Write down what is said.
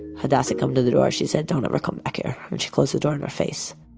hadas had come to the door she said don't ever come back here, and she closed the door in her face.